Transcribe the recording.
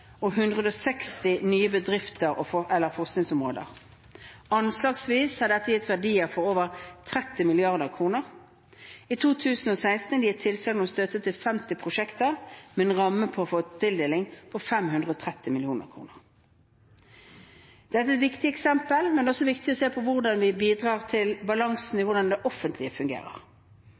og 160 nye bedrifter eller forskningsområder. Anslagsvis har dette gitt verdier for over 30 mrd. kr. I 2016 er det gitt tilsagn om støtte til 50 prosjekter med en ramme for tildelinger på 530 mill. kr. Dette er et viktig eksempel, men det er også viktig å se på hvordan vi bidrar til balansen i hvordan det offentlige fungerer.